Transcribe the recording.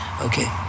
okay